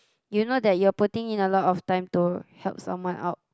you know that you're putting in a lot of time to help someone out